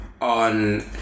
On